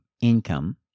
income